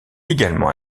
également